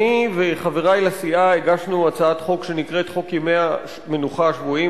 אני וחברי לסיעה הגשנו הצעת חוק שנקראת "חוק ימי המנוחה השבועיים",